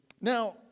Now